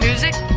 Music